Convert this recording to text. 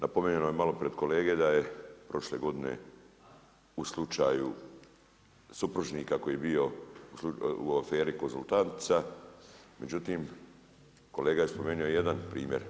Da spomenem malo pred kolege da je prošle godine u slučaju supružnika koji je bio u aferi „Konzultantica“, međutim kolega je spomenuo jedan primjer.